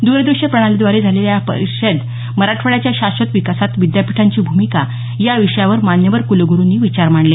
दरदृश्य प्रणालीद्वारे झालेल्या या परिषदेत मराठवाड्याच्या शाश्वत विकासात विद्यापीठांची भूमिका या विषयावर मान्यवर कुलग्रुंनी विचार मांडले